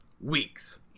weeks